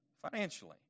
financially